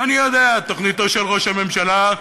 אני יודע, תוכניתו של ראש הממשלה,